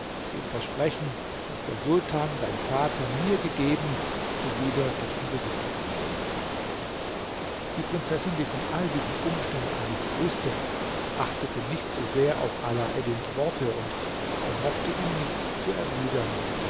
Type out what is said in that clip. dem versprechen das der sultan dein vater mir gegeben zuwider dich in besitz zu nehmen die prinzessin die von all diesen umständen nichts wußte achtete nicht sehr auf alaeddins worte und vermochte ihm nichts zu erwidern